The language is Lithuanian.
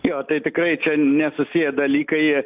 jo tai tikrai čia nesusiję dalykai